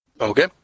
Okay